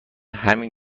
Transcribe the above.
همین